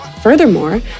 Furthermore